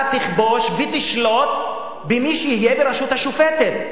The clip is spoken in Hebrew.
תכבוש ותשלוט במי שיהיה ברשות השופטת?